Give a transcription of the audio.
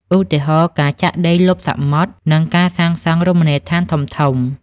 ឧទាហរណ៍ ការចាក់ដីលុបសមុទ្រ និងការសាងសង់រមណីយដ្ឋានធំៗ។